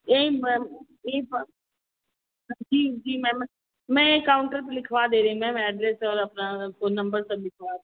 यहीं मैम यहीं पर हाँ जी जी मैम मैं काउन्टर पर लिखवा दे रही मैम एड्रेस और अपना फ़ोन नम्बर सब लिखवा दी